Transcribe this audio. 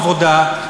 איימן עודה,